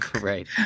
Right